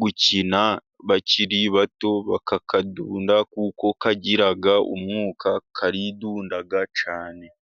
gukina bakiri bato, bakakadunda kuko kagira umwuka, karidunda cyane.